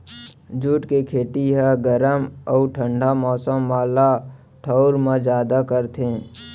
jute के खेती ह गरम अउ ठंडा मौसम वाला ठऊर म जादा करथे